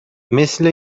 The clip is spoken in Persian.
مثل